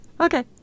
Okay